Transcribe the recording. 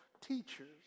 teachers